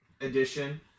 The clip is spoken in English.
edition